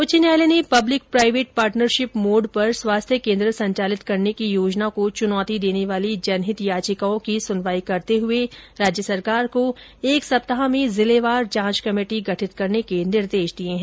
उच्च न्यायालय ने पब्लिक प्राइवेट पार्टनरशिप मोड पर स्वास्थ्य केंद्र संचालित करने की योजना को चुनौती देने वाली जनहित याचिकाओं की सुनवाई करते हुए राज्य सरकार को एक सप्ताह में जिलेवार जांच कमेटी गठित करने के निर्देश दिए हैं